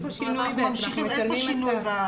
כלומר אין פה שינוי בעבירות.